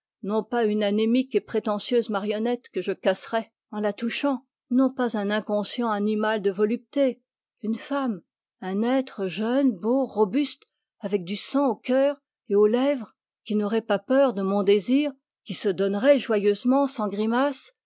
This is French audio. non pas une anémique et prétentieuse marionnette que je casserais en la touchant non pas un inconscient animal de volupté une femme un être jeune beau robuste avec du sang au cœur et aux lèvres qui n'aurait pas peur de mon désir qui se donnerait joyeusement sans grimaces